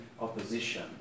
opposition